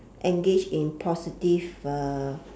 engage in positive uh